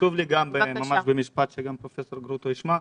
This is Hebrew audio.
ח"כ רזבוזוב, בבקשה.